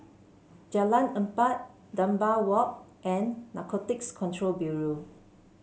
Jalan Empat Dunbar Walk and Narcotics Control Bureau